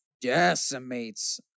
decimates